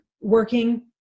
working